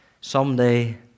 Someday